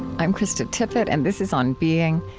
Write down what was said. i'm krista tippett, and this is on being.